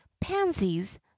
pansies